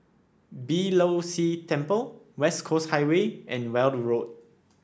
Beeh Low See Temple West Coast Highway and Weld Road